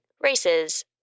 races